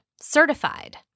certified